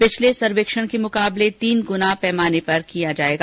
पिछले सर्वेक्षण के मुकाबले तीन गुना पैमाने पर होगा